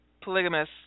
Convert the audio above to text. polygamous